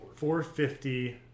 450